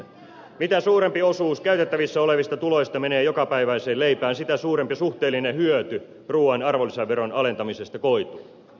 mitä suurempi osuus käytettävissä olevista tuloista menee jokapäiväiseen leipään sitä suurempi suhteellinen hyöty ruuan arvonlisäveron alentamisesta koituu